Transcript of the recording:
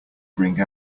bring